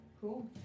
Cool